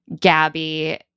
Gabby